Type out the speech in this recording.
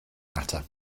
latter